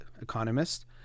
economist